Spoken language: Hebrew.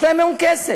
יש להם היום כסף.